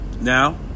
Now